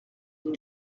une